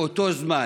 באותו זמן.